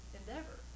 endeavor